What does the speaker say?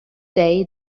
day